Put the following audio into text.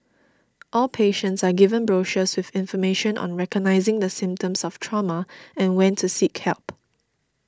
all patients are given brochures with information on recognising the symptoms of trauma and when to seek help